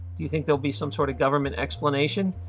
do you think they'll be some sort of government explanation.